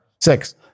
Six